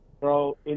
Bro